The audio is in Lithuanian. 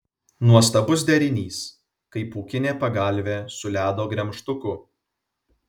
nuostabus derinys kaip pūkinė pagalvė su ledo gremžtuku